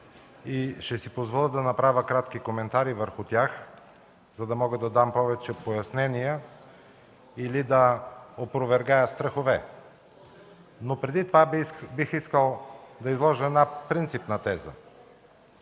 Ще си позволя да направя кратки коментари върху тях, за да мога да дам повече пояснения или да опровергая страхове. Преди това бих искал да изложа една принципна теза.